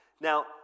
Now